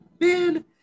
man